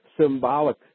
symbolic